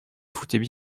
foutaient